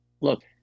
look